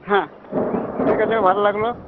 হ্যাঁ ঠিক আছে ভালো লাগলো